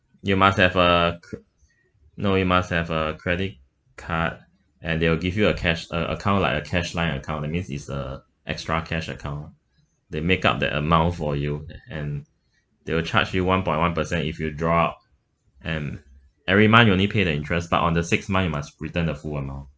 you must have a no you must have a credit card and they'll give you a cash uh account like a cashline account that means it's a extra cash account they make up the amount for you a~ and they will charge you one point one percent if you drop and every month you only pay the interest but on the sixth month you must return the full amount